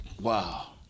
Wow